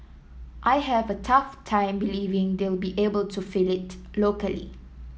I have a tough time believing they'll be able to fill it locally